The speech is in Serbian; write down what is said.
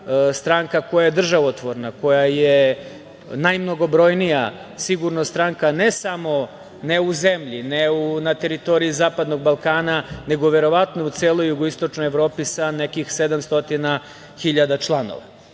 stranka koja je državotvorna, koja je najmnogobrojnija sigurno stranka ne samo, ne u zemlji, ne na teritoriji Zapadnog Balkana, nego verovatno u celoj jugoistočnoj Evropi sa nekih 700.000 članova.